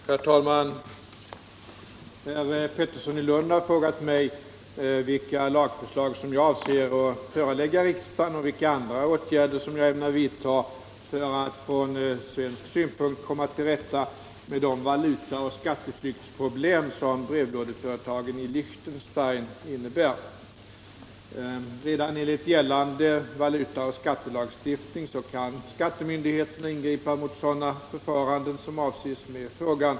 Herr talman! Herr Pettersson i Lund har frågat mig vilka lagförslag som jag avser att förelägga riksdagen och vilka andra åtgärder jag ämnar vidta för att från svensk synpunkt komma till rätta med de valutaoch skatteflyktsproblem som brevlådeföretagen i Liechtenstein innebär. Redan enligt gällande valutaoch skattelagstiftning kan skattemyndigheterna ingripa mot sådana förfaranden som avses med frågan.